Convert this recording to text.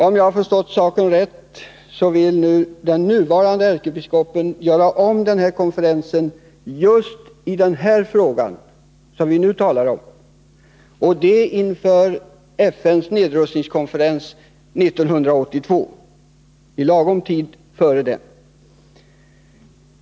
Om jag har förstått saken rätt, vill den nuvarande ärkebiskopen göra om den konferensen just i den fråga som vi nu talar om i lagom tid före FN:s nedrustningskonferens 1982.